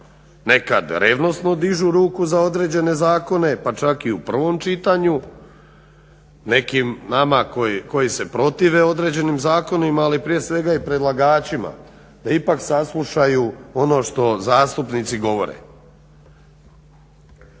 nekada revnosno dižu ruku za određene zakone pa čak i u prvom čitanju, nekim nama koji se protive određenim zakonima ali prije svega i predlagačima da ipak saslušaju ono što zastupnici govore.